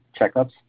checkups